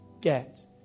get